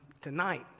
tonight